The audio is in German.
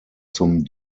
zum